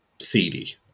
cd